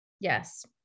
Yes